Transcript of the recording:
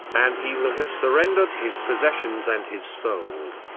and he will have surrendered his possessions and his soul.